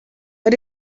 but